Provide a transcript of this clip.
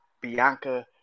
Bianca